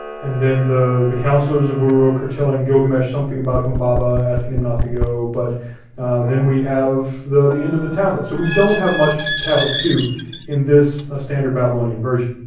and then the the counselors of uruk are telling gilgamesh something about humbaba, asking him not to go, but then we have the the end of the tablet, so we don't have much to tablet two in this ah standard babylonian version.